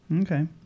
Okay